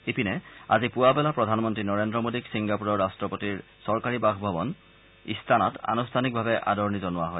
ইপিনে আজি পুৱাবেলা প্ৰধানমন্ত্ৰী নৰেন্দ্ৰ মোদীক ছিংগাপুৰৰ ৰাট্টপতিৰ চৰকাৰী বাসভৱন ইট্টানা ত আনুষ্ঠানিকভাৱে আদৰণি জনোৱা হয়